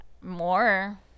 More